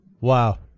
Wow